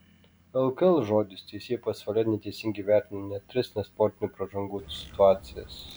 lkl žodis teisėjai pasvalyje neteisingai įvertino net tris nesportinių pražangų situacijas